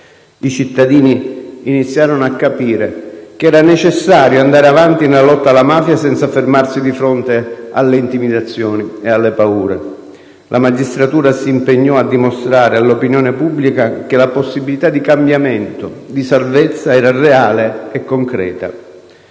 I cittadini iniziarono a capire che era necessario andare avanti nella lotta alla mafia, senza fermarsi di fronte alle intimidazioni e alle paure. La magistratura si impegnò a dimostrare all'opinione pubblica che la possibilità di cambiamento, di salvezza, era reale e concreta.